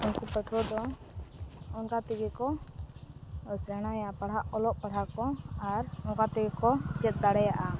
ᱩᱱᱠᱩ ᱯᱟᱹᱴᱷᱣᱟᱹᱫᱚ ᱚᱱᱠᱟ ᱛᱮᱜᱮᱠᱚ ᱥᱮᱬᱟᱭᱟ ᱯᱟᱲᱦᱟᱜ ᱚᱞᱚᱜ ᱯᱟᱲᱦᱟᱜ ᱟᱠᱚ ᱟᱨ ᱚᱱᱠᱟ ᱛᱮᱜᱮᱠᱚ ᱪᱮᱫ ᱫᱟᱲᱮᱭᱟᱜᱼᱟ